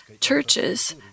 churches